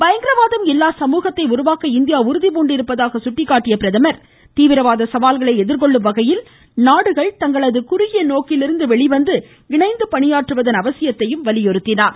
பயங்கரவாதம் இல்லா சமூகத்தை உருவாக்க இந்தியா உறுதிபூண்டிருப்பதாக சுட்டிக்காட்டிய பிரதமர் தீவிரவாத சவால்களை எதிர்கொள்ளும் வகையில் நாடுகள் தங்கள் குறுகிய நோக்கிலிருந்து வெளிவந்து இணைந்து பணியாற்றுவதன் அவசியத்தையும் வலியுறுத்தினார்